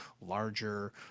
larger